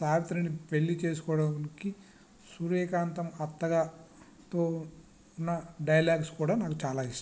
సావిత్రిని పెళ్ళి చేసుకోవడానికి సూర్యకాంతం అత్తగా తో ఉన్న డైలాగ్స్ కూడా నాకు చాలా ఇష్టం